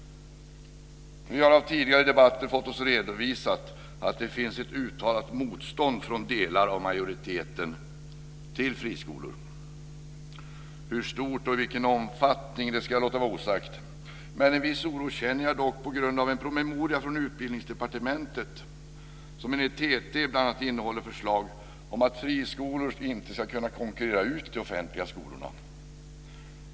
Vi har i tidigare debatter fått oss redovisat att det finns ett uttalat motstånd från delar av majoriteten mot friskolor. Hur stort det är och vilken omfattning det har ska jag låta vara osagt. Men en viss oro känner jag dock på grund av en promemoria från Utbildningsdepartementet som enligt TT bl.a. innehåller förslag om att friskolor inte ska kunna konkurrera ut de offentliga skolorna.